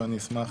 ואני אשמח